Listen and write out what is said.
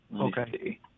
Okay